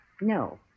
No